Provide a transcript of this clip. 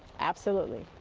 absolutely.